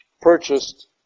purchased